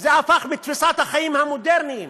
וזה הפך חלק מתפיסת החיים המודרניים.